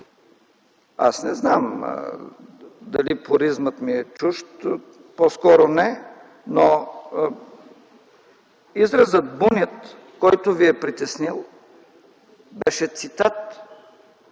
Аз не знам дали пуризмът ми е чужд, по-скоро – не, но изразът „бунят”, който Ви е притеснил, беше цитат,